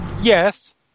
Yes